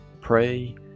Pray